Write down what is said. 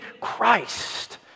Christ